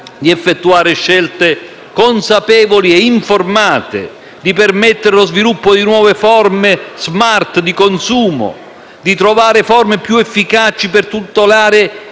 di effettuare scelte consapevoli e informate, di permettere lo sviluppo di nuove forme *smart* di consumo, di trovare forme più efficaci per tutelare i